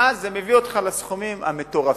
ואז זה מביא אותך לסכומים המטורפים.